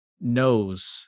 knows